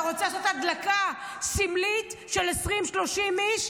אתה רוצה לעשות הדלקה סמלית של 20 30 איש,